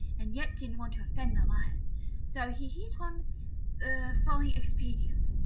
and yet didn't want to offend the lion so he hit upon the following expedient.